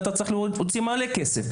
אתה צריך להוציא מלא כסף.